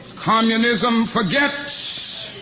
communism forgets